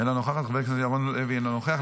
אינה נוכחת, חבר הכנסת ירון לוי, אינו נוכח.